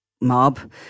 mob